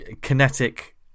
kinetic